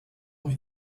boy